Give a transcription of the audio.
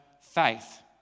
faith